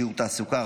שירות תעסוקה,